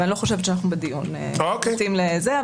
ואני לא חושבת שאנחנו בדיון מתאים לזה.